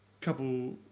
couple